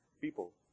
people